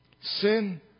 Sin